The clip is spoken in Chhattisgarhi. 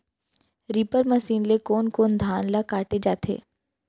रीपर मशीन ले कोन कोन धान ल काटे जाथे?